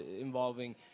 involving